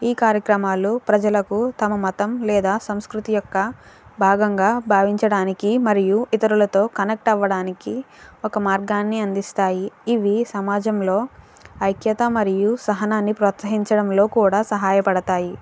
ఈ కార్యక్రమాలు ప్రజలకు తమ మతం లేదా సంస్కృతి యొక్క భాగంగా భావించడానికి మరియు ఇతరులతో కనెక్ట్ అవ్వడానికి ఒక మార్గాన్ని అందిస్తాయి ఇవి సమాజంలో ఐక్యత మరియు సహనాన్ని ప్రోత్సహించడంలో కూడా సహాయపడుతాయి